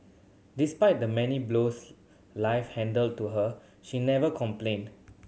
despite the many blows life handed to her she never complained